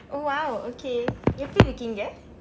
oh !wow! okay எப்படி இருக்கீங்க:eppadi irukiingka